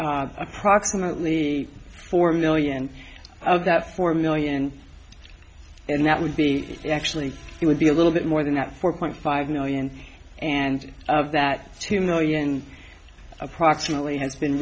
are approximately four million of that four million and that would be actually it would be a little bit more than that four point five million and of that two million approximately has been